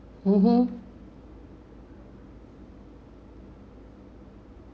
mmhmm